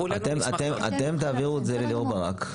אתם תעבירו את זה לליאור ברק.